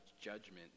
judgment